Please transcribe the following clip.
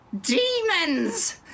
Demons